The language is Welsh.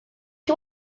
chi